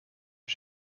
que